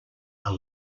are